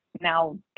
now